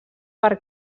per